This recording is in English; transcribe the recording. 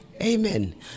Amen